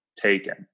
taken